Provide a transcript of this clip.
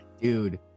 Dude